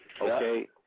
Okay